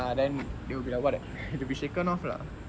ya then it will be like what the they will be shaken off lah